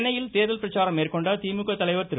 சென்னையில் தேர்தல் பிரச்சாரம் மேற்கொண்ட திமுக தலைவர் திரு